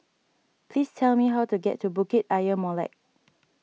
please tell me how to get to Bukit Ayer Molek